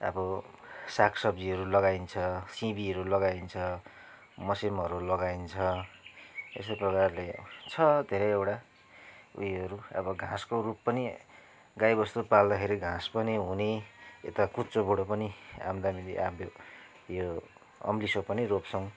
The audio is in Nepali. अब सागसब्जीहरू लगाइन्छ सिमीहरू लगाइन्छ मस्यामहरू लगाइन्छ यस्तै प्रकारले छ धेरैवटा उयोहरू अब घाँसको रुख पनि गाईबस्तु पाल्दाखेरि घाँस पनि हुने यता कुच्चोबाट पनि आम्दानी अब यो अम्लिसो पनि रोप्छौँ